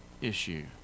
issue